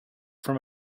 from